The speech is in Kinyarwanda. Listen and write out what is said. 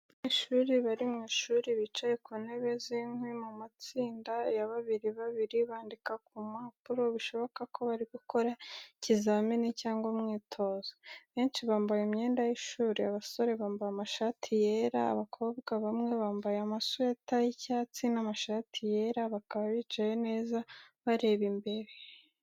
Abanyeshuri bari mu ishuri bicaye ku ntebe z’inkwi mu matsinda ya babiri babiri, bandika ku mpapuro bishoboka ko bari gukora ikizamini cyangwa umwitozo. Benshi bambaye imyenda y’ishuri, abasore bambaye ishati yera, abakobwa bamwe bambaye amasuwita y’icyatsi n’amashati yera, bakaba bicaye neza bareba imbere.